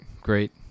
great